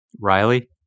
Riley